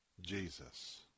Jesus